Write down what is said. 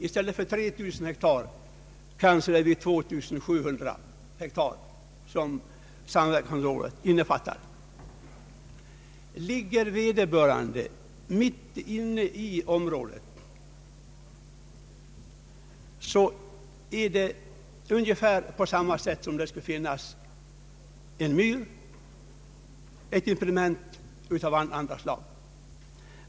I stället för 3 000 hektar kanske det blir 2700 hektar som samverkansområdet innefattar. Ligger de enskilda ägorna mitt inne i området, är det brukningsmässigt för skogsbruksområdet ungefär på samma sätt som om det skulle finnas en myr eller ett impediment av annat slag.